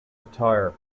attire